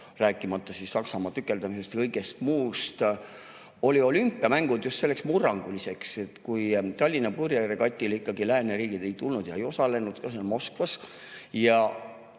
rääkimata Saksamaa tükeldamisest ja kõigest muust. Aga olümpiamängud olid just selleks murranguks. Kui Tallinna purjeregatile ikkagi lääneriigid ei tulnud ja ei osalenud ka seal Moskvas, ja